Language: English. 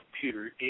computer